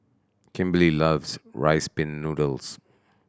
Kimberely loves Rice Pin Noodles